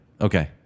Okay